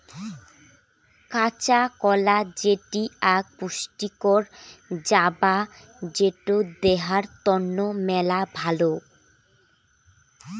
কাঁচা কলা যেটি আক পুষ্টিকর জাবা যেটো দেহার তন্ন মেলা ভালো